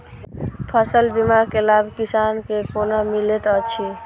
फसल बीमा के लाभ किसान के कोना मिलेत अछि?